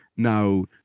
Now